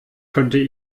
könnte